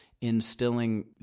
instilling